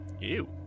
Ew